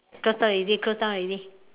close down already close down already